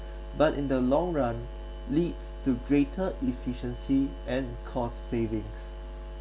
but in the long run leads to greater efficiency and cost savings